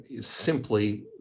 Simply